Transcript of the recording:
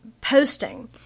posting